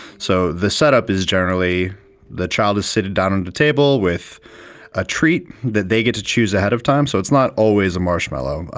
so the set-up is generally the child is seated down at and a table with a treat that they get to choose ahead of time, so it's not always a marshmallow.